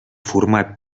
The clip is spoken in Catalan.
format